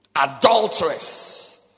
Adulteress